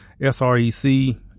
SREC